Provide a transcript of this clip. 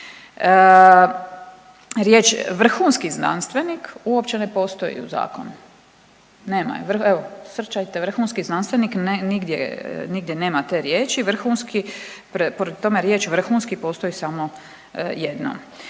Riječ vrhunski znanstvenih uopće ne postoji u zakonu, nema je evo search-ajte vrhunski znanstveni nigdje nema te riječi, vrhunski pri tome riječ vrhunski postoji samo jednom.